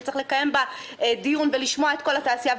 שצריך לקיים בה דיון ולשמוע את כל התעשייה,